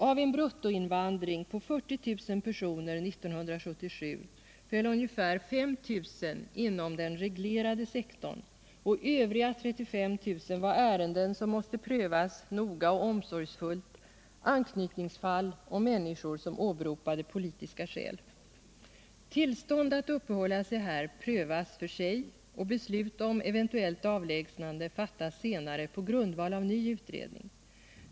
Av en bruttoinvandring på 40000 personer 1977 föll ungefär 5000 inom den reglerade sektorn, och övriga 35 000 var ärenden som måste prövas noga och omsorgsfullt, anknytningsfall och människor som åberopade politiska skäl. Tillstånd att uppehålla sig här prövas för sig, och beslut om eventuellt avlägsnande fattas senare på grundval av ny utredning.